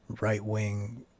right-wing